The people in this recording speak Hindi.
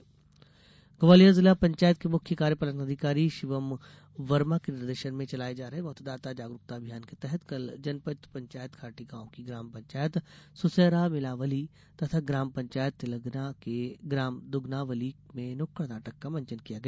मतदाता जागरूकता ग्वालियर जिला पंचायत के मुख्य कार्यपालन अधिकारी शिवम वर्मा के निर्देशन में चलाए जा रहे मतदाता जागरूकता अभियान के तहत कल जनपद पंचायत घाटीगाँव की ग्राम पंचायत सुसैरा मिलावली तथा ग्राम पंचायत तिलघना के ग्राम दुगनावली में नुक्क्ड़ नाटक का मंचन किया गया